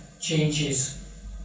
changes